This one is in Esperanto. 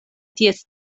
ties